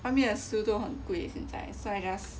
外面的食物都很贵 so I just